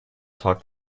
tag